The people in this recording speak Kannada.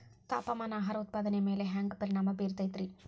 ತಾಪಮಾನ ಆಹಾರ ಉತ್ಪಾದನೆಯ ಮ್ಯಾಲೆ ಹ್ಯಾಂಗ ಪರಿಣಾಮ ಬೇರುತೈತ ರೇ?